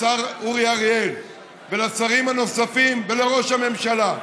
לשר אורי אריאל ולשרים הנוספים ולראש הממשלה: